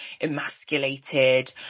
emasculated